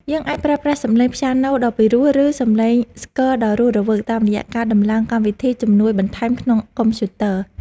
យើងអាចប្រើប្រាស់សំឡេងព្យាណូដ៏ពិរោះ ឬ សំឡេងស្គរដ៏រស់រវើកតាមរយៈការដំឡើងកម្មវិធីជំនួយបន្ថែមក្នុងកុំព្យូទ័រ។